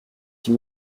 six